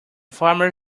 farmer